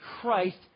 Christ